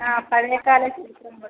ആ പഴയകാല ചരിത്രങ്ങൾ